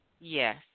yes